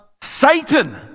Satan